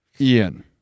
Ian